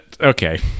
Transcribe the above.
okay